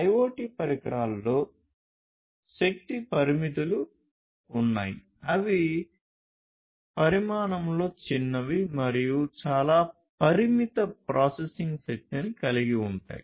IoT పరికరాల్లో శక్తి పరిమితులు ఉన్నాయి అవి పరిమాణంలో చిన్నవి మరియు చాలా పరిమిత ప్రాసెసింగ్ శక్తిని కలిగి ఉంటాయి